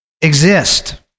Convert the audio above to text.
exist